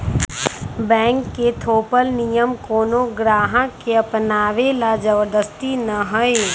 bank के थोपल नियम कोनो गाहक के अपनावे ला जबरदस्ती न हई